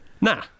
Nah